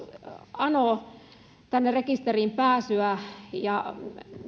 anoo tänne rekisteriin pääsyä ja